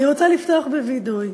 אני רוצה לפתוח בווידוי.